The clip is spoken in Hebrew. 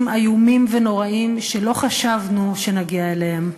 איומים ונוראים שלא חשבנו שנגיע אליהם,